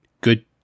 good